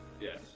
Yes